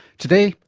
today,